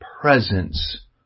presence